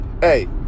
hey